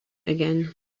again